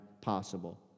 possible